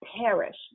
perish